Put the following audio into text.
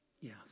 Yes